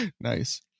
Nice